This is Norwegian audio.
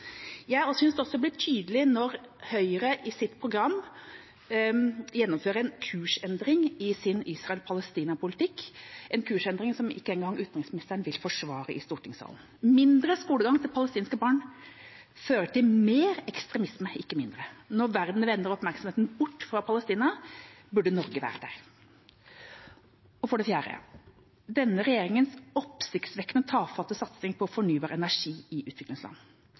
Jeg synes det også blir tydelig når Høyre i sitt program gjennomfører en kursendring i sin Israel/Palestina-politikk, en kursendring som ikke engang utenriksministeren vil forsvare i stortingssalen. Mindre skolegang for palestinske barn fører til mer ekstremisme, ikke mindre. Når verden vender oppmerksomheten bort fra Palestina, burde Norge være der. Det fjerde er denne regjeringas oppsiktsvekkende tafatte satsing på fornybar energi i utviklingsland.